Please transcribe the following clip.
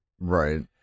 Right